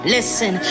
Listen